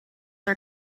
are